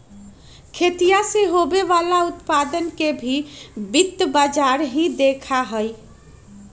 खेतीया से होवे वाला उत्पादन के भी वित्त बाजार ही देखा हई